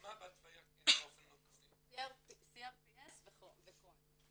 אז מה בהתוויה כן -- CRPS וקרוהן.